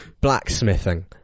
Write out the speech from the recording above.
Blacksmithing